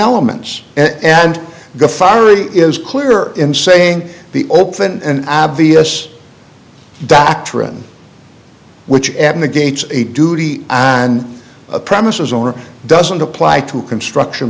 elements and the firing is clear in saying the open and obvious doctrine which add negates a duty and premises owner doesn't apply to construction